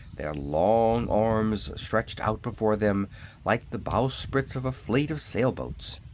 their long arms stretched out before them like the bowsprits of a fleet of sail-boats.